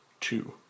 two